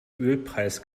ölpreis